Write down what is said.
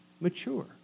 mature